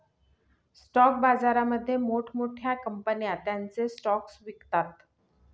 stock बाजारामध्ये मोठ्या मोठ्या कंपन्या त्यांचे स्टॉक्स विकतात